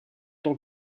tant